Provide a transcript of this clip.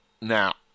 Now